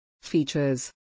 Features